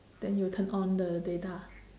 then you will turn on the data